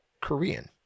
Korean